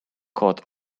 caught